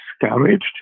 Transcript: discouraged